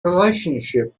relationship